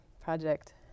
project